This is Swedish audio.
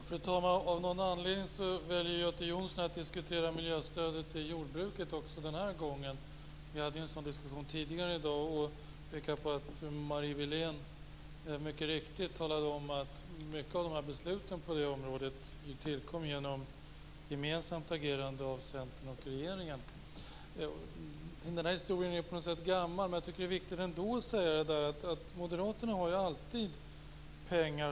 Fru talman! Av någon anledning väljer Göte Jonsson att diskutera miljöstödet till jordbruket också den här gången. Vi hade en sådan diskussion tidigare i dag. Han pekar på att Marie Wilén mycket riktigt talade om att många av besluten på det området tillkom genom gemensamt agerande av Centern och regeringen. Den här historien är på något sätt gammal, men jag tycker ändå att det är viktigt att säga att moderaterna alltid har pengar.